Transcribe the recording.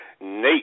Nate